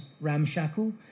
ramshackle